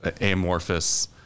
amorphous